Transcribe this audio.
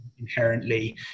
inherently